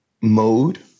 mode